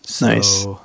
Nice